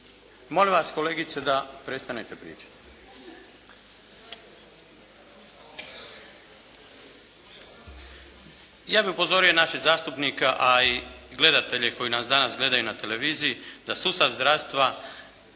molim vas kolegice da prestanete pričati. Ja bih upozorio našeg zastupnika a i gledatelje koji nas danas gledaju na televiziji da sustav zdravstva